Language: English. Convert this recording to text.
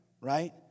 right